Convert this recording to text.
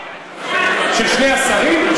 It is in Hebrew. של שני השרים,